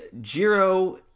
Jiro